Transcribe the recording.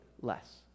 less